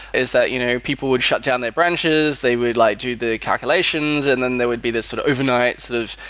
is that you know people would shut down their branches. they would like do the calculations and then there would be this sort of overnight sort of,